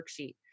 worksheet